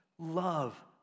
love